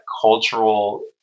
cultural